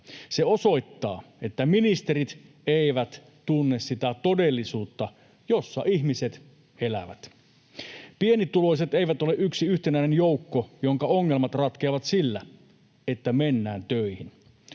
Se osoittaa, että ministerit eivät tunne sitä todellisuutta, jossa ihmiset elävät. Pienituloiset eivät ole yksi yhtenäinen joukko, jonka ongelmat ratkeavat sillä, että mennään töihin.